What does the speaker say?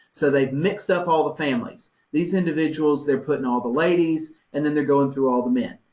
so they've mixed up all the families. these individuals, they're putting all the ladies and then they're going through all the men.